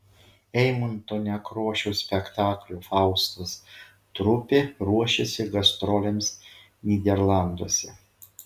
eimunto nekrošiaus spektaklio faustas trupė ruošiasi gastrolėms nyderlanduose